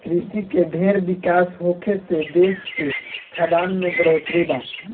कृषि के ढेर विकास होखे से देश के खाद्यान में बढ़ोतरी बा